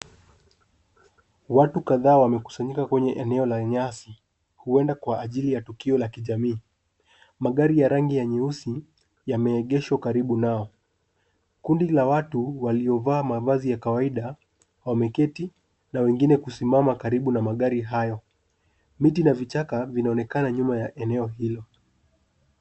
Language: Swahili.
Watu kadhaa wamekusanyika kwenye eneo la nyasi, huenda kwa ajili ya tukio la kijamii. Magari ya rangi ya nyeusi yameegeshwa karibu nao. Kundi la watu waliovaa mavazi ya kawaida wameketi na wengine kusimama karibu na magari hayo. Miti na vichaka vinaonekana nyuma ya eneo hilo.